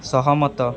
ସହମତ